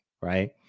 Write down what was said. Right